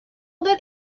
that